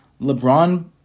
LeBron